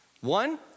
One